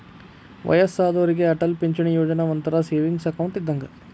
ವಯ್ಯಸ್ಸಾದೋರಿಗೆ ಅಟಲ್ ಪಿಂಚಣಿ ಯೋಜನಾ ಒಂಥರಾ ಸೇವಿಂಗ್ಸ್ ಅಕೌಂಟ್ ಇದ್ದಂಗ